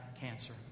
cancer